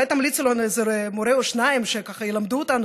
אולי תמליצי לנו על איזה מורה או שניים שילמדו אותנו,